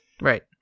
Right